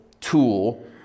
tool